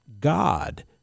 God